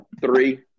Three